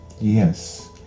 yes